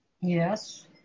Yes